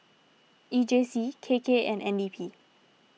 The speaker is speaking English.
E J C K K and N D P